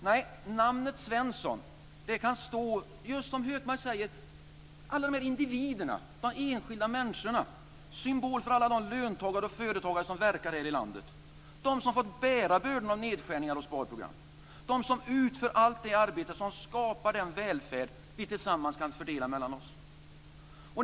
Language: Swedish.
Nej, namnet Svensson kan stå som symbol för, just som Hökmark säger, alla dessa individer, de enskilda människorna, alla de löntagare och företagare som verkar här i landet; de som fått bära bördorna av nedskärningar och sparprogram, de som utför allt det arbete som skapar den välfärd vi tillsammans kan fördela mellan oss.